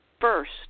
first